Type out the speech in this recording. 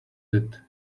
that